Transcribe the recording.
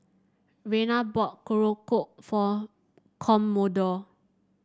Rayna bought Korokke for Commodore